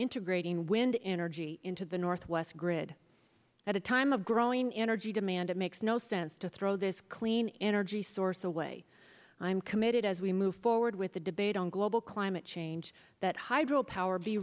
integrating wind energy into the northwest grid at a time of growing energy demand it makes no sense to throw this clean energy source away i'm committed as we move forward with the debate on global climate change that hydro power be